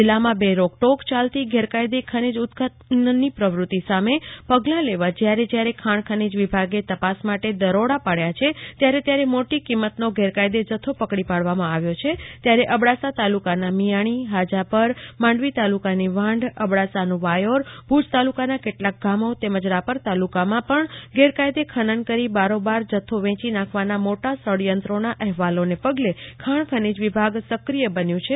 જિલામાં બે રોક્વેક યાલતી ગેરકાયદે ખનીજ ઉત્ખનની પ્રવુતિ સામે પગલા લેવા જયારે જયારે ખાણ ખનીજ વિભાગે તાપસ માટે દરોડા પાડયા છે ત્યારે તયારે મોટી કિંમતનો ગેરકાયદે જથ્થો પકડી પાડવામાં આવ્યો છે ત્યારે અબડાસા તાલુકાના મિયાણી હાજાપર માંડવીતાલુકાનીવાઢ અબ્દાસનું વાયોર ભુજ તાલુકાના કેટલાક ગામો તેમજ રાપર તાલુકામાં પણ ગેરકાયદે ખનન કરી બારોબાર જથ્થો વેચી નાખવાના મોટા ષડચંતત્રો નાં અહેવાલો ને પગલે ખાણ ખનીજ વિભાગ સક્રિય બન્યું છે